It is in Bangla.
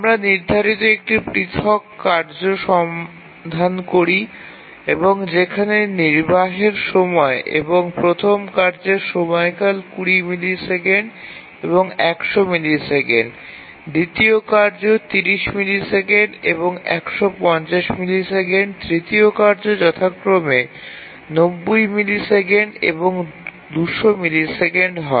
আমরা নির্ধারিত একটি পৃথক কার্য সন্ধান করি যেখানে নির্বাহের সময় এবং প্রথম কার্যের সময়কাল ২০ মিলিসেকেন্ড এবং ১০০ মিলিসেকেন্ড দ্বিতীয় কার্য ৩০ মিলিসেকেন্ড এবং ১৫০ মিলিসেকেন্ড এবং তৃতীয় কার্য যথাক্রমে ৯০ মিলিসেকেন্ড এবং ২০০ মিলিসেকেন্ড হয়